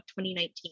2019